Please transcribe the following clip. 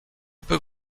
peux